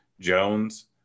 Jones